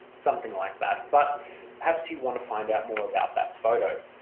something like that but perhaps you want to find out more about that photo.